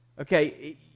okay